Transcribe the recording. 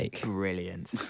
brilliant